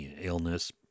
illness